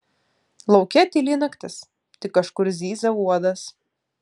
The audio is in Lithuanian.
lauke tyli naktis tik kažkur zyzia uodas